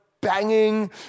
banging